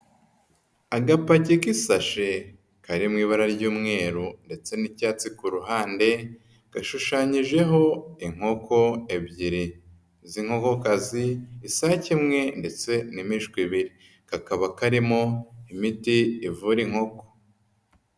Agapaki k'isashe kari mu ibara ry'umweru ndetse n'icyatsi ku ruhande gashushanyijeho inkoko ebyiri z'inkokokazi, isake imwe ndetse n'imishwi ibiri. Kakaba karimo imiti ivura inkoko.